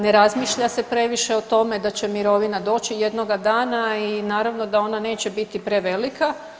Ne razmišlja se previše o tome da će mirovina doći jednoga dana i naravno da ona neće biti prevelika.